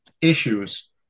issues